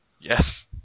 Yes